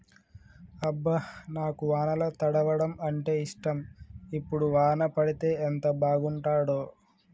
అబ్బ నాకు వానల తడవడం అంటేఇష్టం ఇప్పుడు వాన పడితే ఎంత బాగుంటాడో